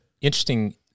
interesting